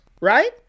right